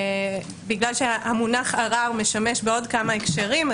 בגלל שהמונח "ערר" משמש בעוד כמה הקשרים,